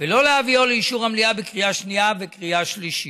ולא להביאו לאישור המליאה בקריאה שנייה וקריאה שלישית.